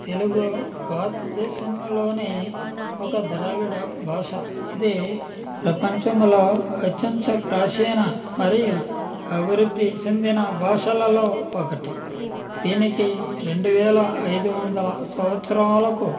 తెలుగు భారతదేశంలోనే ఒక ద్రావిడ భాష ఇది ప్రపంచంలో అత్యంత ప్రాచీన మరియు అభివృద్ధి చెందిన భాషలలో ఒకటి దీనికి రెండు వేల ఐదు వందలు సంవత్సరాలుకు